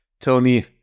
Tony